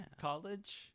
College